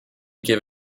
give